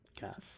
Gas